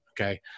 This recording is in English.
Okay